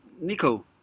Nico